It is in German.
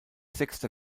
sechster